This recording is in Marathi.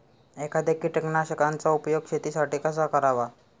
एखाद्या कीटकनाशकांचा उपयोग शेतीसाठी कसा करावा?